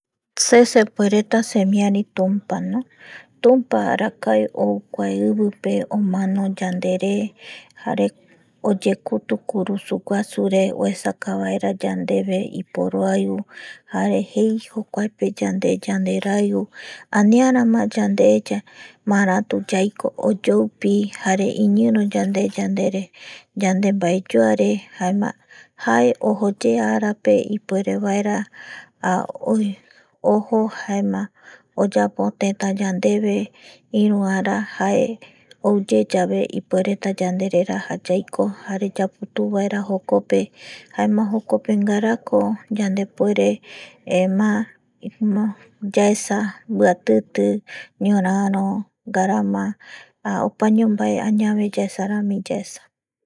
Se sepuereta semiari tumpano tumpa arakae ou kua ivipe jare omano yandere jare oyekutu kurusuguasure oesaka vaera yandeve iporoaiu jare jei yandeve jokuape jae yanderaiu anirama yand maratu yaiko oyoupi jare iñiro yande yandere yandembaeyoare jaema jae ojoye arape ipuerevaera oyapo teta yandeve iru ara ouyeyave ipuereta yandereraja yaiko jare yaputuuvaera jokope jaema jokope ngarako yandepuere yaesa mbiatiti ñoraro, ngaraama opaño añave yaesarami yaesa